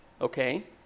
Okay